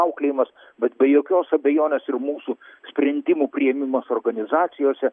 auklėjimas bet be jokios abejonės ir mūsų sprendimų priėmimas organizacijose